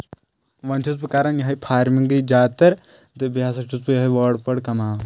ون چھَس بہٕ کران یِہوے فارمِنٛگ گٔے زیادٕ تر تہٕ بیٚیہِ ہسا چھُس بہٕ یِہوے ووڑ پٲڑ کماو